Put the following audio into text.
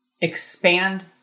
expand